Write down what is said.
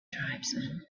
tribesman